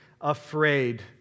afraid